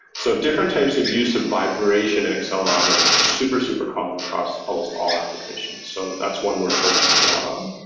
so different types of use of vibration and accelerometers are super, super common across almost all application. so that's one we're focusing a lot on.